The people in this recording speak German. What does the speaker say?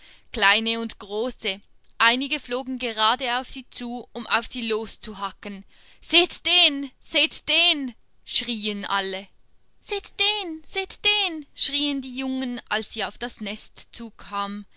kleine und große einige flogen gerade auf sie zu um auf sie loszuhacken seht den seht den schrieen alle seht den seht den schrieen die jungen als sie auf das nest zukam